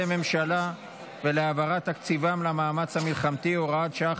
ממשלה ולהעברת תקציבם למאמץ המלחמתי (הוראת שעה,